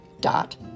dot